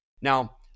Now